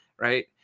right